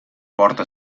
porta